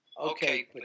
okay